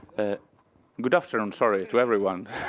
ah good afternoon, sorry, to everyone.